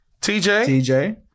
TJ